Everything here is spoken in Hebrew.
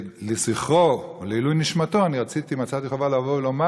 לזכרו ולעילוי נשמתו מצאתי חובה לבוא ולומר